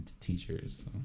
teachers